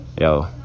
Yo